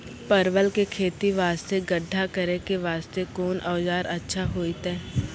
परवल के खेती वास्ते गड्ढा करे वास्ते कोंन औजार अच्छा होइतै?